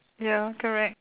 ya correct